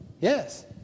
Yes